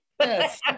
Yes